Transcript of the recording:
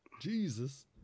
Jesus